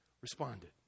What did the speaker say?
responded